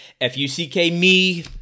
F-U-C-K-Me